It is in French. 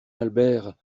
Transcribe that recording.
albert